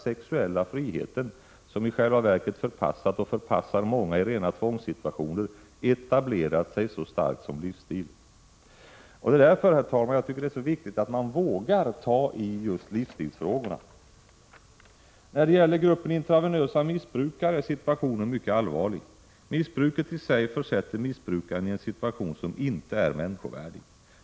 sexuella friheten, som i själva verket förpassat många in i rena tvångssituationer, etablerat sig som livsstil. Det är därför, herr talman, som jag tycker det är så viktigt att man vågar ta i livsstilsfrågorna. När det gäller den grupp personer som injicerar narkotika intravenöst är situationen mycket allvarlig. Missbruket i sig försätter missbrukaren i en situation som inte är människovärdig.